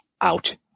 Out